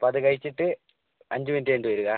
അപ്പം അത് കഴിച്ചിട്ട് അഞ്ച് മിനിറ്റ് കഴിഞ്ഞിട്ട് വരിക